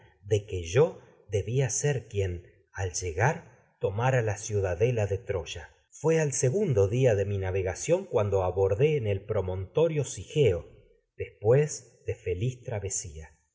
de que debía quien al llegar tomara la ciudadela de troya fué al segundo día de mi navegación cuando abordé en el promontorio sigeo después de feliz travesía